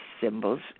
symbols